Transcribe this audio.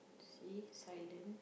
see silence